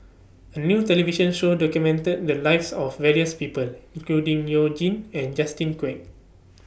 A New television Show documented The Lives of various People including YOU Jin and Justin Quek